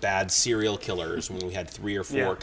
bad serial killers and we had three or four